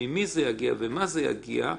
ממי זה יגיע וממה זה יגיע.